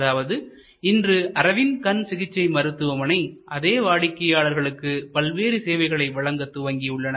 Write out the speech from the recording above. அதாவது இன்று அரவிந்த் கண் சிகிச்சை மருத்துவமனை அதே வாடிக்கையாளர்களுக்கு பல்வேறு சேவைகளை வழங்கத் துவங்கியுள்ளனர்